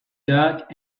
dark